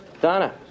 Donna